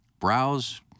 browse